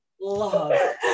love